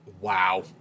wow